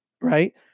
right